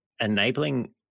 enabling